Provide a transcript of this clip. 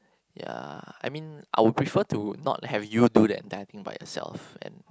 ya I mean I would prefer to not have you do that done by yourself and